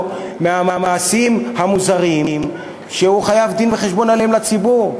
מהמעשים המוזרים שהוא חייב עליהם דין-וחשבון לציבור.